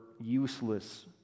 useless